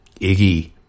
Iggy